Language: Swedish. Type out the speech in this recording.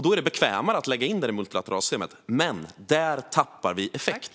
Då är det bekvämare att lägga in det i multilateralsystemet. Men där tappar vi effekt.